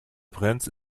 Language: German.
prince